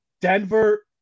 Denver